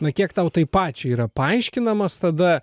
na kiek tau tai pačiai yra paaiškinamas tada